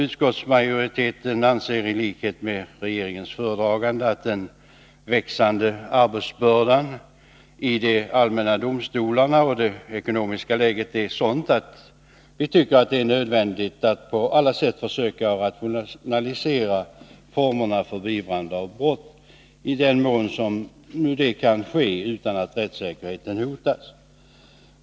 Utskottsmajoriteten anser i likhet med regeringens föredragande att den växande arbetsbördan i de allmänna domstolarna och det ekonomiska läget är sådant att det är 85 nödvändigt att på alla sätt försöka rationalisera formerna för beivrande av brott, i den mån det kan ske utan att rättssäkerheten hotas.